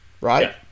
right